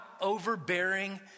overbearing